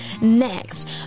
next